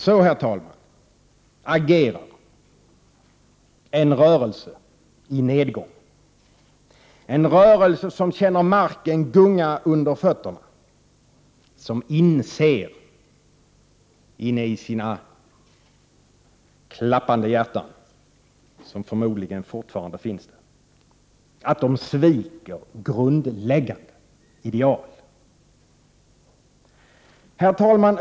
Så agerar en rörelse i nedgång, en rörelse där man känner marken gunga under fötterna och där man i sina klappande hjärtan, som förmodligen fortfarande finns där, inser att man sviker grundläggande ideal. Herr talman!